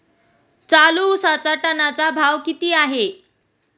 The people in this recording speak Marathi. चालू उसाचा टनाचा भाव किती आहे?